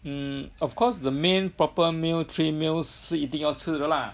mm of course the main proper meal three meals 是一定要吃的啦